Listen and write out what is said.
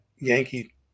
Yankee